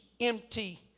empty